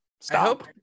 Stop